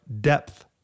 depth